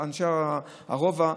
אנשי הרובע,